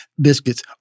Biscuits